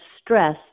stress